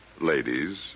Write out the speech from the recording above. ladies